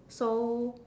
so